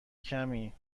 کمی